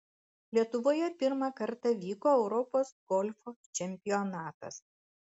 lietuvoje pirmą kartą vyko europos golfo čempionatas